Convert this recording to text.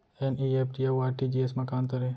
NEFT अऊ RTGS मा का अंतर हे?